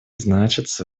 значатся